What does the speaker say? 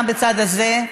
גם בצד הזה,